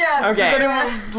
Okay